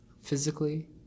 physically